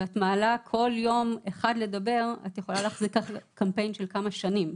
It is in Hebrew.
ואת מעלה בכל יום אחד לדבר את יכולה להחזיק ככה קמפיין של כמה שנים.